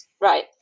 Right